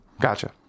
Gotcha